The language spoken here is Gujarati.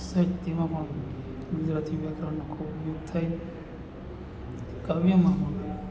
સાહિત્યમાં પણ ગુજરાતી વ્યાકરણનો ખૂબ ઉપયોગ થાય કાવ્યમાં પણ